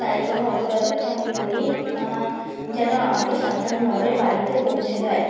তাই জন্য অটো দাদাকে আমি বলি যেন আমাকে সাবধান ভাবে বাড়িতে পৌঁছে দেয়